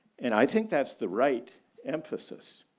and i think that's the right emphasis.